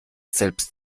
selbst